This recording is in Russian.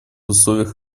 условиях